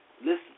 listen